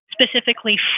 specifically